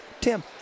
Tim